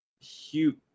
huge